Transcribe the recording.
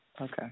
Okay